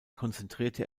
konzentrierte